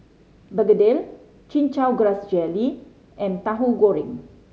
begedil Chin Chow Grass Jelly and Tauhu Goreng